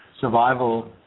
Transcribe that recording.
survival